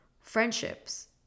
friendships